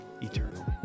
Eternal